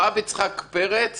הרב יצחק פרץ